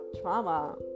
trauma